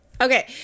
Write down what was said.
Okay